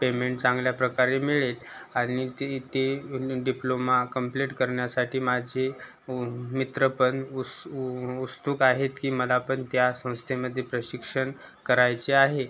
payment चांगल्या प्रकारे मिळेल आणि ते ते डिप्लोमा कंप्लेट करण्यासाठी माझे उ मित्र पण उस उ उत्सुक आहेत की मला पण त्या संस्थेमध्ये प्रशिक्षण करायचे आहे